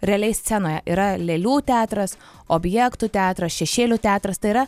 realiai scenoje yra lėlių teatras objektų teatras šešėlių teatras tai yra